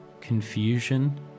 confusion